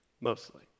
Mostly